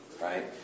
right